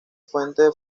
fuente